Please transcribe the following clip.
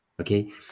okay